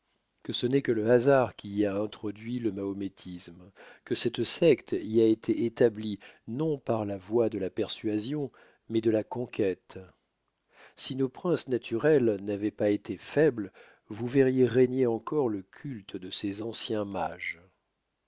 que ce n'est que le hasard qui y a introduit le mahométisme que cette secte y a été établie non par la voie de la persuasion mais de la conquête si nos princes naturels n'avoient pas été faibles vous verriez régner encore le culte de ces anciens mages